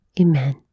Amen